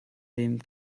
dem